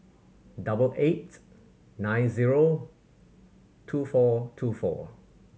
double eight nine zero two four two four